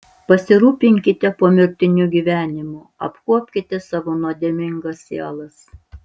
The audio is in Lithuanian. pasirūpinkite pomirtiniu gyvenimu apkuopkite savo nuodėmingas sielas